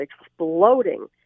exploding